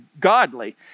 godly